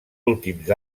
últims